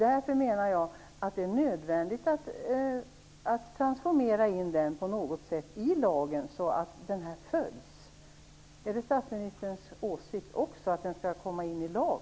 Därför menar jag att det är nödvändigt att på något sätt transformera in konventionen i lagen, så att den följs. Är det också statsministerns åsikt att den skall komma in i lag?